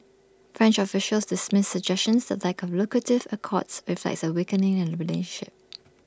French officials dismiss suggestions the lack of lucrative accords reflects A weakening in the relationship